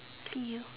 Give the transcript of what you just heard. see you